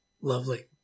lovely